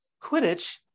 quidditch